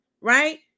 right